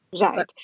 Right